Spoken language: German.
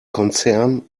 konzern